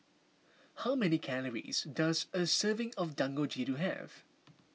how many calories does a serving of Dangojiru have